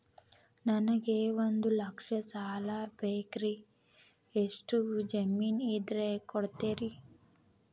ನನಗೆ ಒಂದು ಲಕ್ಷ ಸಾಲ ಬೇಕ್ರಿ ಎಷ್ಟು ಜಮೇನ್ ಇದ್ರ ಕೊಡ್ತೇರಿ?